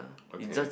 okay